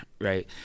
right